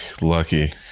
lucky